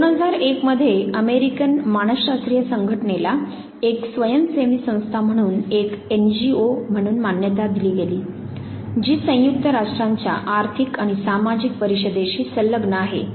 2001 मध्ये अमेरिकन मानसशास्त्रीय संघटनेला एक स्वयंसेवी संस्था म्हणून एक एनजीओ म्हणून मान्यता देण्यात आली जी संयुक्त राष्ट्रांच्या आर्थिक आणि सामाजिक परिषदेशी संलग्न आहे